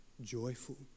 joyful